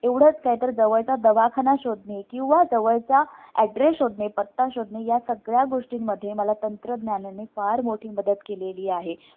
एवढंच काय तर जवळचा दवाखाना शोधने किंवा जवळचा ॲड्रेस शोधणे पत्ता शोधणे या सगळ्या गोष्टींमध्ये मला तंत्रज्ञानाने फार मोठी मदत केलेली आहे